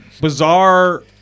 bizarre